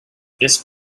this